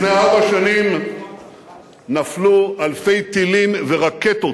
לפני ארבע שנים נפלו אלפי טילים ורקטות,